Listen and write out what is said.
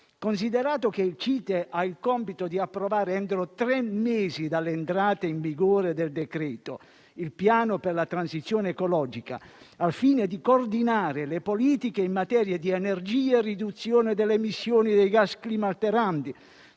considerare che il CITE ha il compito di approvare, entro tre mesi dall'entrata in vigore del decreto, il Piano per la transizione ecologica, al fine di coordinare le politiche in materia di energia e riduzione delle emissioni dei gas climalteranti,